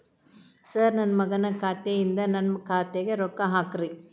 sir ನನ್ನ ಮಗನ ಖಾತೆ ಯಿಂದ ನನ್ನ ಖಾತೆಗ ರೊಕ್ಕಾ ಹಾಕ್ರಿ